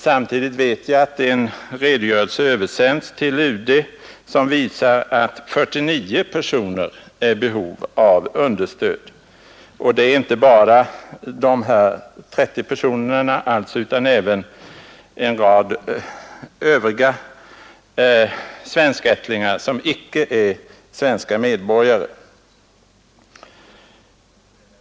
Samtidigt vet jag att en redogörelse översänts till UD, som visar att 49 personer är i behov av understöd. Det är alltså inte bara fråga om de nu aktuella 30 personerna utan också om en rad övriga svenskättlingar som icke är svenska medborgare.